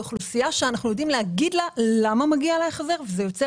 לאוכלוסייה שאנחנו יודעים להגיד לה למה מגיע לה החזר - זה יוצר